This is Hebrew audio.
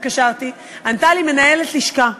התקשרתי, ענתה לי מנהלת לשכה,